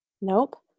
Nope